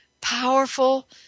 powerful